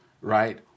right